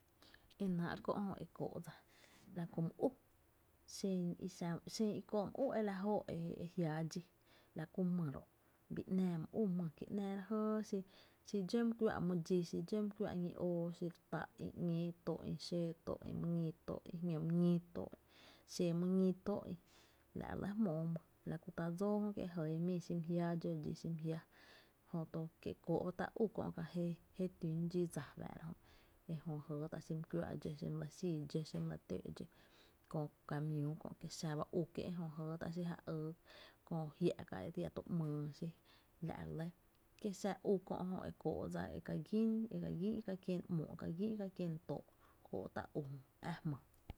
Enáá’ kö’ jö e kóó’ dsa, la ku mynu, xen i kóó’ my ú e la jóó’ jiaa dxí, la kú my ru’, bii ‘náá my ú my ki ‘náá re jiáá dxi, xi dxó my kuⱥⱥ’ my dxí xi dxó my kuⱥⱥ’ ñí óo, xi my taa’ ï ‘ñéé, too’ ï xóó, too ï my ñí too’ ï, too’ ï jñó my ñí´tóó’ ï xee mý ñí tóo’ ï, la’ re lɇ jmóó my, la kú tá’ dsóó jö jɇɇ mii xi my jiáá dxó dxí xi my jiáá’, jö to kie’ kóó’ ba tá’ ú kö’ je tün dxí dsa, ejö jɇɇ tá’ xi my kuáá’ dxó, xi my lɇ xíi dxó, xi my le tǿǿ’ dxó, kö kamiüü kö’ kie’ xa ba ú kiee’ ejö, jɇɇ tá’ xi ja yy kö e jia’ka’ k䨨a ia tu ‘myy kiela’ jö u e kóó’ dsa e ka gín e ka gín e ka kien ‘moo’, e ka gín e ka kién too’ kó’ tá’ u jö ä’ jmyy.